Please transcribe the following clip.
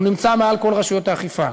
הוא נמצא מעל כל רשויות האכיפה.